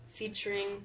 Featuring